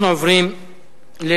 אנחנו עוברים להצבעה.